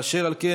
אשר על כן,